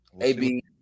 AB